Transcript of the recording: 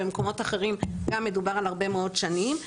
במקומות אחרים גם מדובר על הרבה מאוד שנים.